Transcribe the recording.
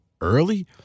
early